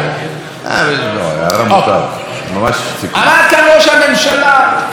עמד כאן ראש הממשלה ושוב שיבח ופיאר את מדינת ישראל.